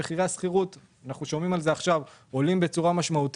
שוק השכירות הוא שוק ספורדי,